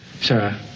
Sarah